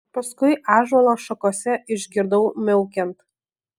paskui ąžuolo šakose išgirdau miaukiant